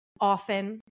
often